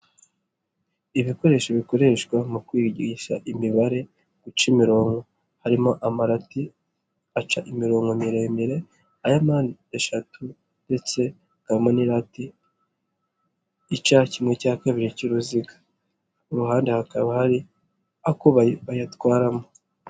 Ibikoresho bikoreshwa mu kwigisha imibare guca imirongo, harimo amarati aca imirongo miremire, aya mpande eshatu, ndetse hakabamo ni irate ca kimwe cya kabiri cy'uruziga ku ruhande hakaba hari ako bayatwaramo.